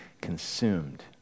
consumed